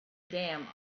dam